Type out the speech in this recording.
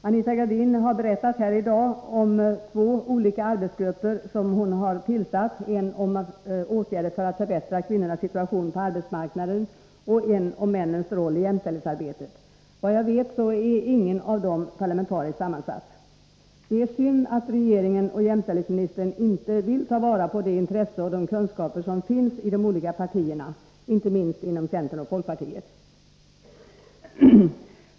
Anita Gradin har i dag nämnt två olika arbetsgrupper som hon har tillsatt: den ena skall arbeta med frågan om åtgärder för att förbättra kvinnornas situation på arbetsmarknaden, och den andra med männens roll i jämställdhetsarbetet. Såvitt jag vet är ingen av dessa parlamentariskt sammansatt. Det är synd att regeringen och jämställdhetsministern inte vill ta vara på det intresse och de kunskaper som finns i de olika partierna, inte minst inom centern och folkpartiet.